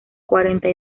cuarenta